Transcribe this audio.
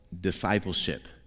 Discipleship